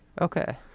Okay